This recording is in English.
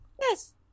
Yes